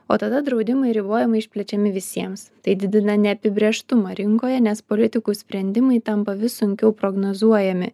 o tada draudimai ribojimai išplečiami visiems tai didina neapibrėžtumą rinkoje nes politikų sprendimai tampa vis sunkiau prognozuojami